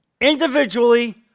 individually